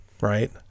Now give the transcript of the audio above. right